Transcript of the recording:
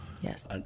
Yes